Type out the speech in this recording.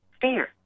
fear